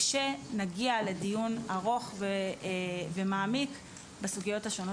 כשנגיע לדיון ארוך ומעמיק בסוגיות השונות